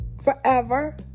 forever